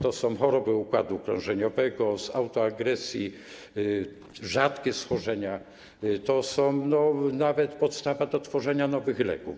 To są choroby układu krążeniowego, z autoagresji, rzadkie schorzenia, to jest nawet podstawa do tworzenia nowych leków.